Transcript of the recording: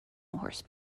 horse